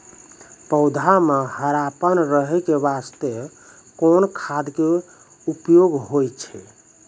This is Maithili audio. पौधा म हरापन रहै के बास्ते कोन खाद के उपयोग होय छै?